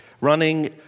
Running